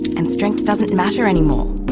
and strength doesn't matter anymore.